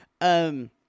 Um-